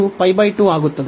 ಅದು π 2 ಆಗುತ್ತದೆ